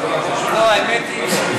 לא, האמת היא,